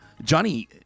Johnny